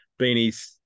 beanies